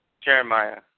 Jeremiah